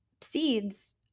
seeds